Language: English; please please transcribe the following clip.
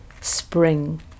spring